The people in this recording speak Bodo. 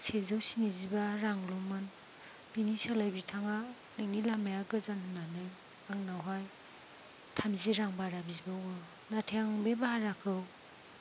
सेजौ स्निजिबा रांल'मोन बिनि सोलाय बिथाङा नोंनि लामाया गोजान होननानै आंनावहाय थामजि रां बारा बिबावो नाथाय आं बे भाराखौ